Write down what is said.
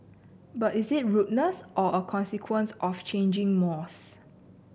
but is it rudeness or a consequence of changing mores